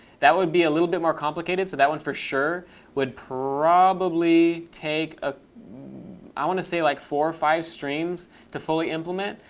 that would be a little bit more complicated. so that one for sure would probably take ah i want to say like four or five streams to fully implement.